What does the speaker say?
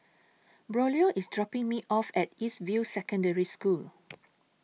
Braulio IS dropping Me off At East View Secondary School